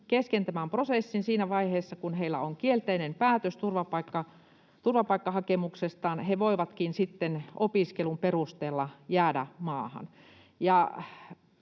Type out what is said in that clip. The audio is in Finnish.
kesken tämän prosessin siinä vaiheessa, kun heillä on kielteinen päätös turvapaikkahakemuksestaan, he voivatkin opiskelun perusteella jäädä maahan.